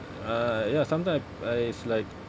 uh ya sometime I it's like